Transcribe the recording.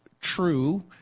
true